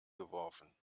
geworfen